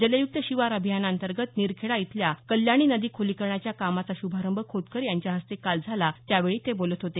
जलयुक्त शिवार अभियानांतर्गत निरखेडा इथल्या कल्याणी नदी खोलीकरणाच्या कामाचा शुभारंभ खोतकर यांच्या हस्ते काल झाला त्यावेळी ते बोलत होते